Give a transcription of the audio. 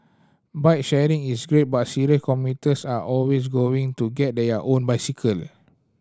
bike sharing is great but serious commuters are always going to get their own bicycle